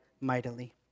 mightily